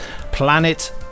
Planet